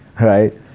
right